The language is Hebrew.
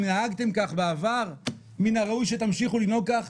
אם נהגתם כך בעבר, מן הראוי שתמשיכו לנהוג כך?